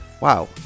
Wow